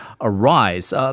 arise